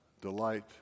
delight